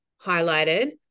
highlighted